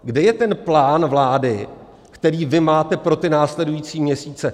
Kde je ten plán vlády, který vy máte pro ty následující měsíce?